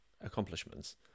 accomplishments